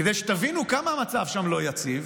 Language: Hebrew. כדי שתבינו כמה המצב שם לא יציב,